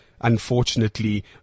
unfortunately